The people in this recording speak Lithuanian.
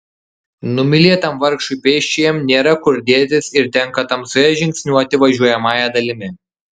numylėtam vargšui pėsčiajam nėra kur dėtis ir tenka tamsoje žingsniuoti važiuojamąja dalimi